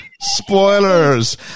Spoilers